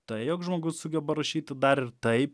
tai jog žmogus sugeba rašyti dar ir taip